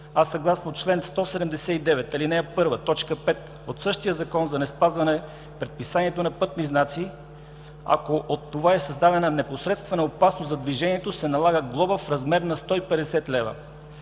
а съгласно чл. 179, ал. 1, т. 5 от същия Закон за неспазване предписанието на пътните знаци, ако от това е създадена непосредствена опасност за движението, се налага глоба в размер 150 лв.